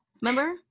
Remember